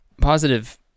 positive